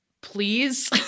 please